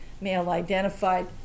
male-identified